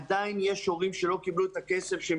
עדיין יש הורים שלא קיבלו את הכסף שהם